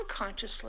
unconsciously